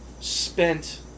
spent